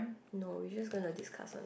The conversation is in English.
no we just gonna discuss on it